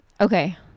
okay